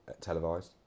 televised